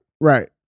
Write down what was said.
Right